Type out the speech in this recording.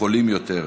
חולים יותר,